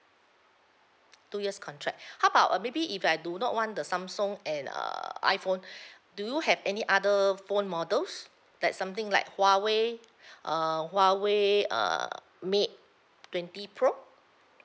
two years contract how about uh maybe if I do not want the samsung and err iphone do you have any other phone models like something like huawei uh huawei err mate twenty pro